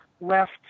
left